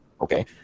Okay